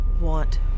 want